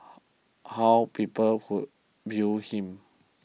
how people would view him